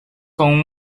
con